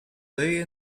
day